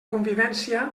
convivència